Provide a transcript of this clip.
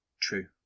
True